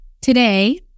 Today